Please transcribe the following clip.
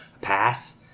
pass